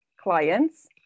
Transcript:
clients